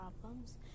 problems